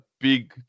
big